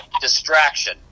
distraction